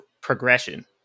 progression